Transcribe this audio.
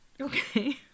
Okay